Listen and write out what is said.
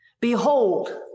Behold